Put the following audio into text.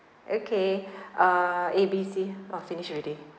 okay uh A B C orh finished already